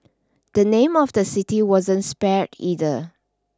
the name of the city wasn't spared either